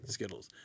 Skittles